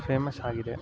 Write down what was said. famous ಆಗಿದೆ